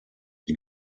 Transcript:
die